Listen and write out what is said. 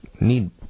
need